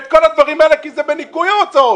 את כל הדברים האלה כי זה בניכוי הוצאות.